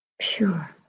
pure